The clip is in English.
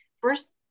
First